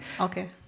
okay